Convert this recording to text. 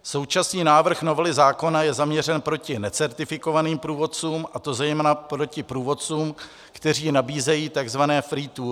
Současný návrh novely zákona je zaměřen proti necertifikovaným průvodcům, a to zejména proti průvodcům, kteří nabízejí takzvané free tours.